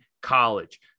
college